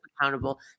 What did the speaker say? accountable